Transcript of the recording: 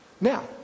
Now